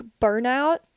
burnout